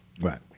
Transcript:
Right